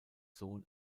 sohn